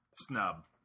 snub